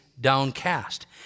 downcast